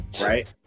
right